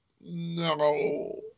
No